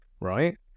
right